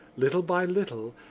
little by little,